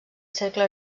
cercle